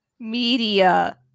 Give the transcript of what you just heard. media